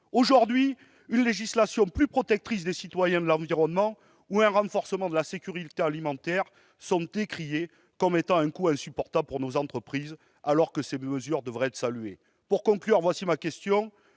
Aujourd'hui, une législation plus protectrice des citoyens et de l'environnement ou un renforcement de la sécurité alimentaire sont décriés comme entraînant des coûts insupportables pour nos entreprises, alors que ces mesures devraient être saluées. Ma question